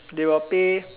they will pay